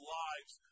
lives